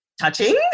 touching